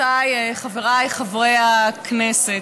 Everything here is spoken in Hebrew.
חברותיי וחבריי חברי הכנסת,